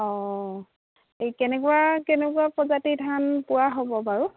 অঁ এই কেনেকুৱা কেনেকুৱা প্ৰজাতিৰ ধান পোৱা হ'ব বাৰু